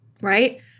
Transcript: right